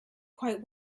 quite